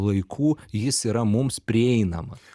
laikų jis yra mums prieinama